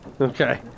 Okay